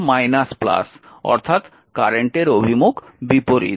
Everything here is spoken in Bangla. অর্থাৎ কারেন্টের অভিমুখ বিপরীত